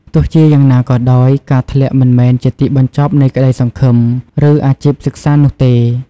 ទោះជាយ៉ាងណាក៏ដោយ ការធ្លាក់មិនមែនជាទីបញ្ចប់នៃក្តីសង្ឃឹម ឬអាជីពសិក្សានោះទេ។